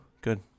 Good